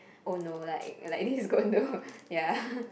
oh no like like this is going to ya